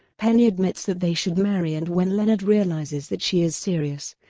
penny admits that they should marry and when leonard realizes that she is serious,